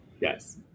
Yes